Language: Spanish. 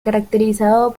caracterizado